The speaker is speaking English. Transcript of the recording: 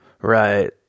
Right